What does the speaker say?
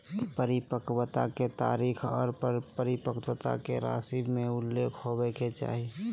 परिपक्वता के तारीख आर परिपक्वता राशि के उल्लेख होबय के चाही